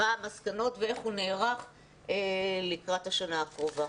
מה המסקנות ואיך הוא נערך לקראת השנה הקרובה?